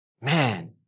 Man